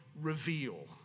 reveal